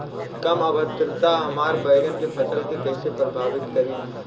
कम आद्रता हमार बैगन के फसल के कइसे प्रभावित करी?